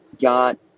got